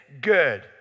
good